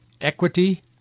equity